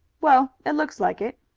well, it looks like it.